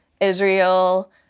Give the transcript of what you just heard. Israel